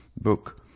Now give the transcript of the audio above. book